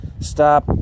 stop